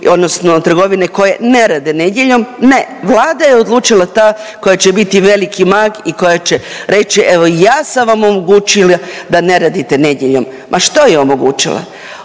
odnosno trgovine koje ne rade nedjeljom, ne Vlada je odlučila ta koja će biti veliki mag i koja će reći evo ja sam vam omogućila da ne radite nedjeljom, ma što je omogućila,